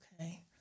okay